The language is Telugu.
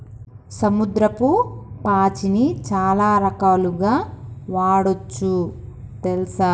సముద్రపు పాచిని చాలా రకాలుగ వాడొచ్చు తెల్సా